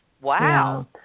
Wow